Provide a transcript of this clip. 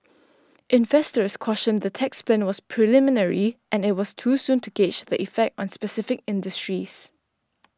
investors cautioned the tax plan was preliminary and it was too soon to gauge the effect on specific industries